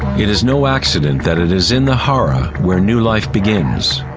it is no accident that it is in the hara where new life begins.